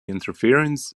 interference